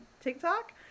TikTok